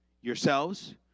yourselves